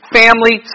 family